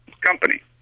company